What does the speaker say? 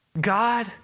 God